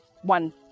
one